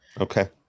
Okay